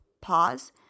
pause